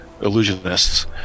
illusionists